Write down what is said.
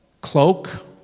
cloak